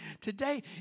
today